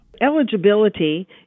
Eligibility